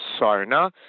Sarna